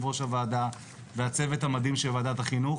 ראש הוועדה והצוות המדהים של ועדת החינוך,